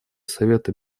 совета